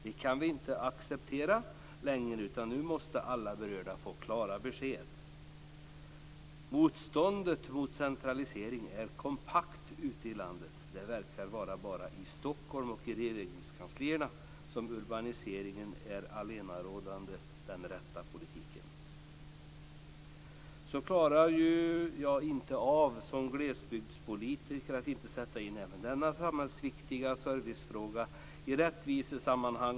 Det här kan vi inte längre acceptera, utan nu måste alla berörda få klara besked. Motståndet mot en centralisering är kompakt ute i landet. Det verkar vara bara i Stockholm och i regeringskanslierna som urbaniseringen är den allenarådande och rätta politiken. Som glesbygdspolitiker klarar jag inte att inte sätta in även denna samhällsviktiga servicefråga i ett rättvisesammanhang.